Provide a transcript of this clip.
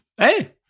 Hey